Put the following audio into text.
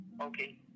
okay